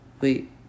Wait